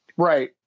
Right